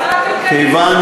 למה אתה לא מרחיק אותם?